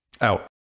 out